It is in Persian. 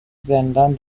زندان